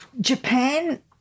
Japan